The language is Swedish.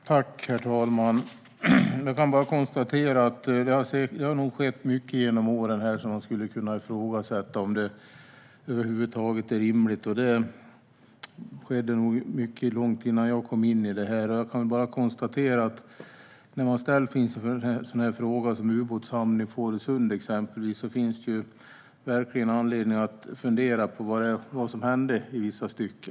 Herr talman! Genom åren har det nog skett mycket som man skulle kunna ifrågasätta om det över huvud taget var rimligt. Och det skedde nog mycket långt innan jag kom in i det här. När man ställs inför exempelvis en sådan fråga som ubåtshamnen i Fårösund finns det verkligen anledning att fundera på vad som hände.